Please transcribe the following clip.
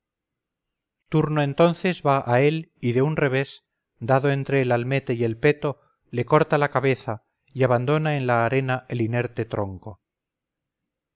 turno entonces va a él y de un revés dado entre el almete y el peto le corta la cabeza y abandona en la arena el inerte tronco